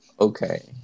Okay